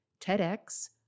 TEDx